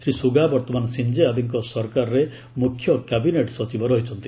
Shri Suga ବର୍ତ୍ତମାନ ସିଞ୍ଜୋଆବେଙ୍କ ସରକାରରେ ମୁଖ୍ୟ କ୍ୟାବିନେଟ୍ ସଚିବ ରହିଛନ୍ତି